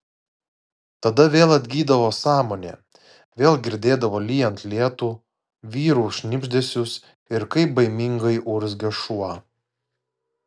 tada vėl atgydavo sąmonė vėl girdėdavo lyjant lietų vyrų šnibždesius ir kaip baimingai urzgia šuo